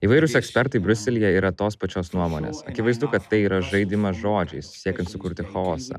įvairūs ekspertai briuselyje yra tos pačios nuomonės akivaizdu kad tai yra žaidimas žodžiais siekiant sukurti chaosą